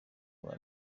rwa